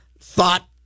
thought